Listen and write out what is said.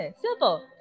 Simple